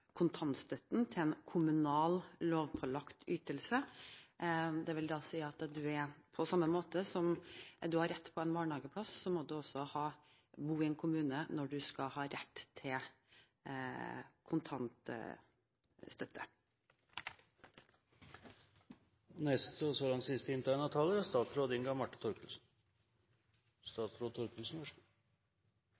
kontantstøtten til en kommunal, lovpålagt ytelse. Det vil si at på samme måte som en har rett til en barnehageplass, må en bo i en kommune når en skal ha rett til kontantstøtte. Som kjent innebærer EØS-avtalen regulering av mange ulike forhold. Blant annet innebærer avtalen at Norge er